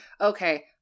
Okay